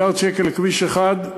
מיליארד שקל לכביש אחד,